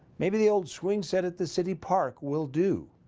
maybe the old swing set at the city park will do.